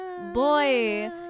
Boy